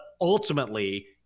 ultimately